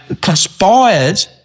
conspired